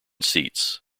seats